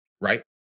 right